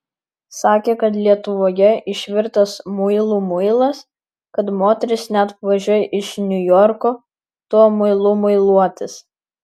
sakė kad lietuvoje išvirtas muilų muilas kad moterys net važiuoja iš niujorko tuo muilu muiluotis